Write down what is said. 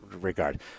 regard